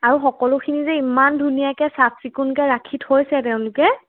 আৰু সকলোখিনি যে ইমান ধুনীয়াকৈ চাফ চিকুণকৈ ৰাখি থৈছে তেওঁলোকে